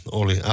oli